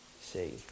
see